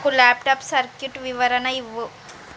నాకు laptop circuit వివరణ ఇవ్వు